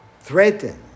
threatened